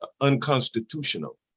unconstitutional